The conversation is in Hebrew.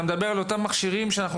אני מדבר על המכשירים שאנחנו